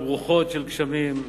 ברוכות של גשמים,